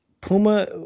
Puma